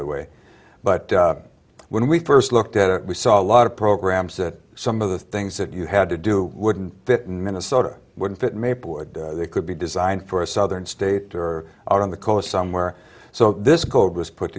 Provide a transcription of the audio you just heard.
the way but when we first looked at it we saw a lot of programs that some of the things that you had to do wouldn't fit in minnesota wouldn't fit maybe they could be designed for a southern state or out on the coast somewhere so this code was put